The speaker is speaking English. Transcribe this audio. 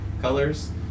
colors